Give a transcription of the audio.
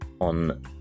on